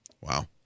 Wow